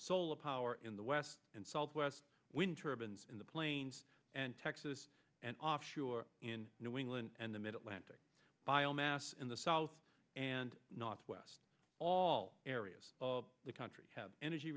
solar power in the west and southwest wind turbines in the plains and texas and offshore in new england and the mid atlantic biomass in the south and not west all areas of the country have energy